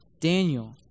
Daniel